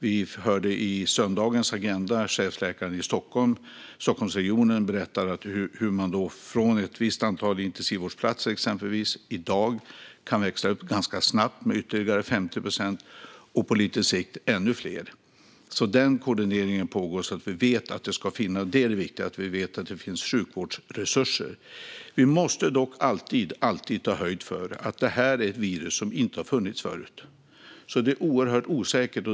Vi hörde exempelvis i söndagens Agenda chefsläkaren i Stockholmsregionen berätta hur man från ett visst antal intensivvårdsplatser i dag kan växla upp ganska snabbt med ytterligare 50 procent och på lite sikt ännu fler. Den koordineringen pågår så att vi vet att det ska finnas sjukvårdsresurser. Det är det viktiga. Vi måste dock alltid ta höjd för att det här är ett virus som inte har funnits förut. Därför är det oerhört osäkert.